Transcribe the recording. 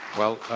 well,